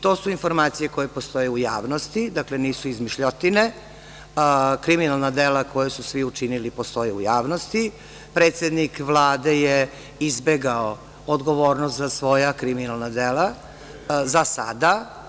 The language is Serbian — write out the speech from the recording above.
To su informacije koje postoje u javnosti, dakle, nisu izmišljotine, kriminalna dela koja su svi učinili postoje u javnosti, predsednik Vlade je izbegao odgovornost za svoja kriminalna dela, za sada.